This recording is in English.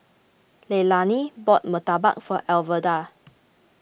Leilani bought Murtabak for Alverda